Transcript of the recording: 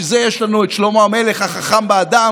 בשביל זה יש לנו את שלמה המלך החכם באדם,